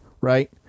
right